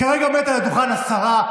כרגע עומדת על הדוכן השרה,